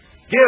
Give